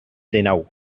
dinou